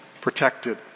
protected